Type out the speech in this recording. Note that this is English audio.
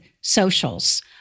socials